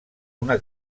una